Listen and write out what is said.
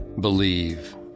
Believe